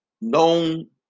known